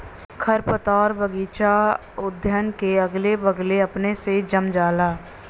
खरपतवार बगइचा उद्यान के अगले बगले अपने से जम जाला